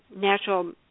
natural